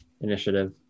initiative